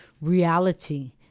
reality